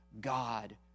God